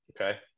Okay